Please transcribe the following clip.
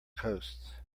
coast